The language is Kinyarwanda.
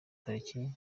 tariki